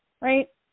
right